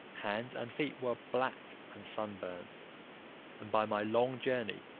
hands, and feet were black and sun-burnt and, by my long journey,